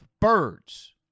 birds